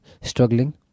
struggling